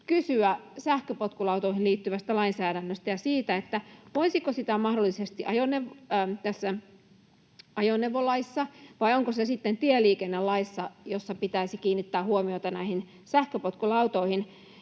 kysyä sähköpotkulautoihin liittyvästä lainsäädännöstä ja siitä, voisiko mahdollisesti tässä ajoneuvolaissa — vai onko se sitten tieliikennelaissa — kiinnittää huomiota näihin sähköpotkulautoihin?